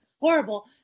horrible